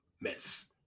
mess